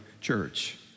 Church